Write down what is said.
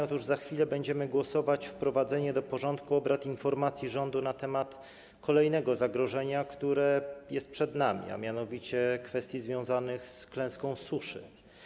Otóż za chwilę będziemy głosować nad wprowadzeniem do porządku obrad informacji rządu na temat kolejnego zagrożenia, które jest przed nami, a mianowicie kwestii związanych z klęską suszy.